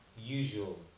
usual